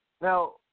Now